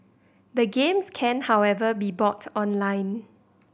the games can however be bought online